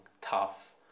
tough